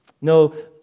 No